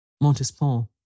Montespan